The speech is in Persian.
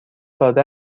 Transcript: داده